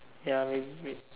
ya wait wait